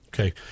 Okay